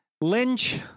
lynch